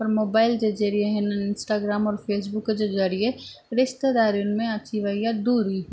पर मोबाइल जे ज़रिए हिननि इंस्टाग्राम और फ़ेसबुक जे ज़रिए रिश्तेदारियुनि में अची वेई आहे दूरी